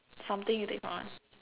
something you take for